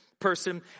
Person